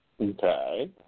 Okay